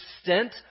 extent